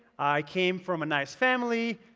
i came from a nice family.